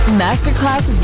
masterclass